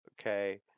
Okay